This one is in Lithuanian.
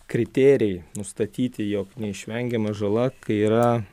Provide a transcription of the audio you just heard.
kriterijai nustatyti jog neišvengiama žala kai yra